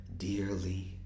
dearly